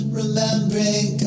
remembering